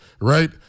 right